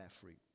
fruit